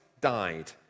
died